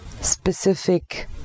specific